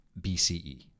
BCE